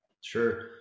Sure